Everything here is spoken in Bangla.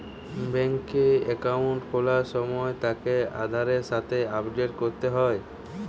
বেংকে একাউন্ট খোলার সময় তাকে আধারের সাথে আপডেট করতে হয়